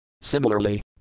Similarly